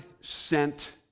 sent